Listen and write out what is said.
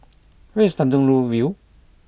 where is Tanjong Rhu View